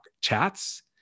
chats